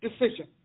decision